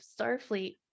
Starfleet